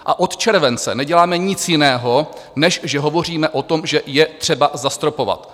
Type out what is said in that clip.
A od července neděláme nic jiného, než že hovoříme o tom, že je třeba zastropovat.